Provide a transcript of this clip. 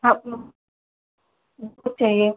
हाँ चाहिए